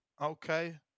Okay